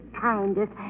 kindest